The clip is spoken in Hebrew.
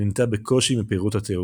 נהנתה בקושי מפירות התיעוש,